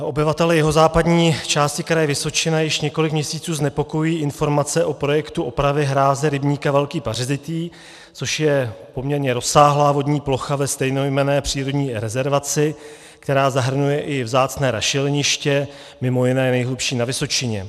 Obyvatele jihozápadní části Kraje Vysočina již několik měsíců znepokojují informace o projektu opravy hráze rybníka Velký Pařezitý, což je poměrně rozsáhlá vodní plocha ve stejnojmenné přírodní rezervaci, která zahrnuje i vzácné rašeliniště, mimo jiné je nejhlubší na Vysočině.